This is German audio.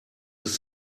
ist